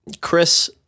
Chris